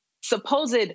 supposed